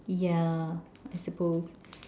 yeah I suppose